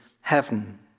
heaven